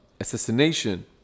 assassination